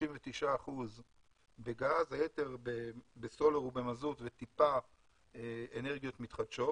39% בגז, היתר בסולר, במזוט וטיפה אנרגיות מתחדשות